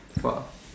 !wow!